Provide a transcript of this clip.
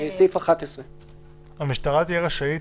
אנחנו בסעיף 11. כתוב "המשטרה תהיה רשאית".